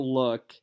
look